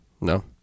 No